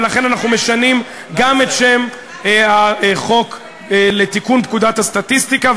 ולכן אנחנו משנים גם את השם בחוק לתיקון פקודת הסטטיסטיקה.